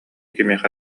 кимиэхэ